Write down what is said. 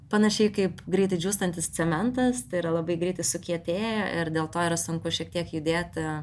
panašiai kaip greitai džiūstantis cementas tai yra labai greitai sukietėja ir dėl to yra sunku šiek tiek judėt